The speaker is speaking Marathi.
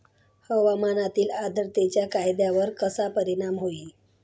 हवामानातील आर्द्रतेचा कांद्यावर कसा परिणाम होईल?